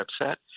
upset